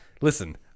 Listen